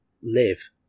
live